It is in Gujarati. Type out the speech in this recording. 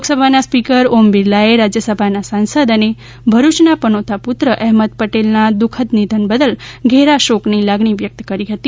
લોકસભાના સ્પીકર ઓમ બિરલાએ રાજયસભાના સાંસદ અને ભરૂચના પનોતા પુત્ર અહેમદ પટેલના દુઃખદ નિધન બદલ ઘેરા શોકની લાગણી વ્યકત કરી હતી